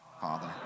Father